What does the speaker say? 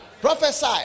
Prophesy